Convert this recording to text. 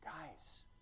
Guys